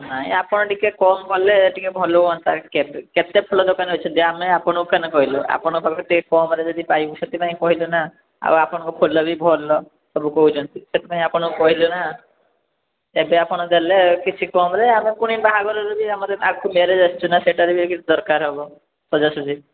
ନାହିଁ ଆପଣ ଟିକେ କମ୍ କଲେ ଟିକେ ଭଲ ହୁଅନ୍ତା କେତେ ଫୁଲ ଦୋକାନୀ ଅଛନ୍ତି ଆମେ ଆପଣଙ୍କୁ ଫୁଲ ଦୋକାନକୁ କହିଲୁ ଆପଣଙ୍କ ଠାରୁ ଟିକେ କମରେ ଯଦି ପାଇବୁ ସେଥିପାଇଁ କହିଲୁ ନା ଆଉ ଆପଣଙ୍କ ଫୁଲ ବି ଭଲ ସବୁ କହୁଛନ୍ତି ସେଥିପାଇଁ ଆପଣଙ୍କୁ କହିଲୁ ନା ଏବେ ଆପଣ ଦେଲେ କିଛି କମ୍ରେ ଆମେ ପୁଣି ବାହାଘରରେ ବି ଆମର ଆଗକୁ ମ୍ୟାରେଜ୍ ଆସୁଛି ନା ସେଇଟାରେ ବି କିଛି ଦରକାର ହେବ ସଜ୍ଜାସଜ୍ଜି